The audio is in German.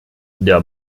der